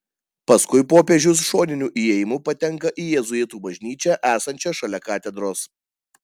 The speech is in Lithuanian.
paskui popiežius šoniniu įėjimu patenka į jėzuitų bažnyčią esančią šalia katedros